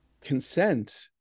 consent